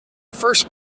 first